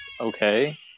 okay